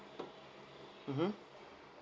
mmhmm